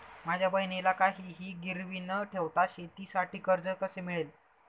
माझ्या बहिणीला काहिही गिरवी न ठेवता शेतीसाठी कर्ज कसे मिळेल?